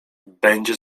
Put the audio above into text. będzie